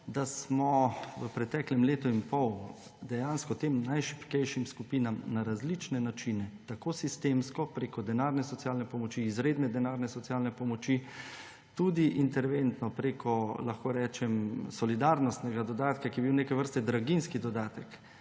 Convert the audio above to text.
da smo v preteklem letu in pol dejansko tem najšibkejšim skupinam na različne načine, tako sistemsko preko denarne socialne pomoči, izredne denarne socialne pomoči, tudi interventno preko, lahko rečem, solidarnostnega dodatka, ki je bil neke vrste draginjski dodatek